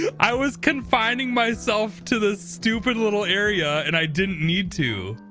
yeah i was confining myself to this stupid little area and i didn't need to.